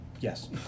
Yes